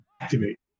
Activate